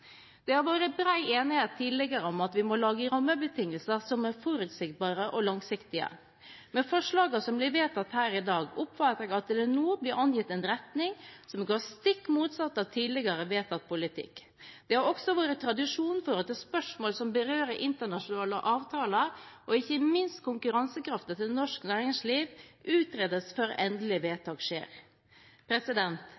Det har vært bred enighet tidligere om at vi må lage rammebetingelser som er forutsigbare og langsiktige. Med forslagene som blir vedtatt her i dag, oppfatter jeg at det nå blir angitt en retning som er stikk motsatt av tidligere vedtatt politikk. Det har også vært tradisjon for at spørsmål som berører internasjonale avtaler og ikke minst konkurransekraften til norsk næringsliv, utredes før